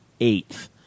eighth